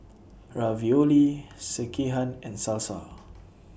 Ravioli Sekihan and Salsa